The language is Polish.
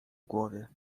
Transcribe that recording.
głowie